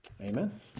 Amen